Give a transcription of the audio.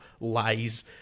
lies